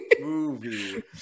movie